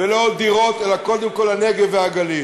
ולא עוד דירות, אלא קודם כול הנגב והגליל.